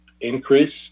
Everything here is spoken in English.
increase